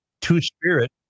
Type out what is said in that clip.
two-spirit